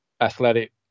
athletic